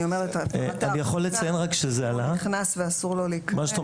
אני רוצה